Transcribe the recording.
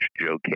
Joe